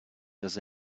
does